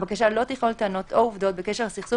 הבקשה לא תכלול טענות או עובדות בקשר לסכסוך